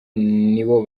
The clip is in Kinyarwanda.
nibo